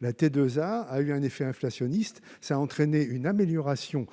La T2A a eu un effet inflationniste, qui a entraîné une amélioration